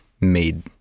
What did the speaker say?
made